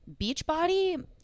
Beachbody